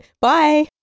Bye